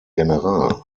general